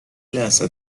لحظه